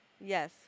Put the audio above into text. Yes